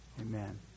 Amen